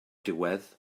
diwedd